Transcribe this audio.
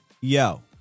Yo